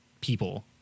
people